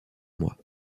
mois